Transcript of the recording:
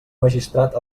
magistrat